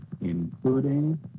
including